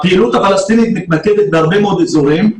הפעילות הפלסטינית מתמקדת בהרבה מאוד אזורים,